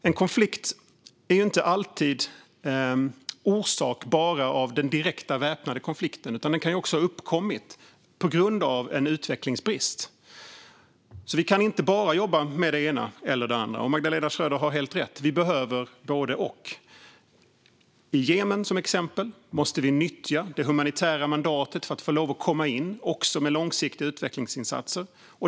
En konflikt är inte alltid orsakad bara av den direkta, väpnade konflikten, utan den kan också ha uppkommit på grund av en utvecklingsbrist. Vi kan alltså inte bara jobba med det ena eller det andra. Magdalena Schröder har helt rätt: Vi behöver både och. I Jemen, som exempel, måste vi nyttja det humanitära mandatet för att få lov att komma in också med långsiktiga utvecklingsinsatser.